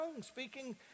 speaking